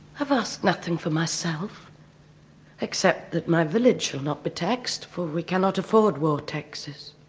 i've asked nothing for myself except that my village shall not be taxed for we cannot afford war taxes.